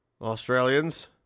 Australians